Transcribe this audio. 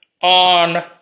on